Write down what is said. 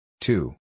Two